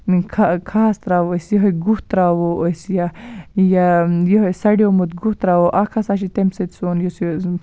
کھ کھہَس تراوو أسۍ یِہٕے گُہہ تراوو أسۍ یا یا یِہے سَڑیومُت گُہہ تراوو اَکھ ہَسا چھُ تَمہِ سۭتۍ سون یُس یہِ